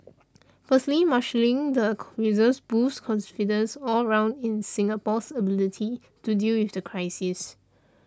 firstly marshalling the reserves boosts confidence all round in Singapore's ability to deal with the crisis